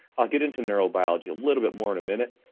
i'll get into nuerobiology a little bit more in a minute,